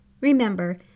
Remember